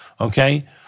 Okay